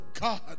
God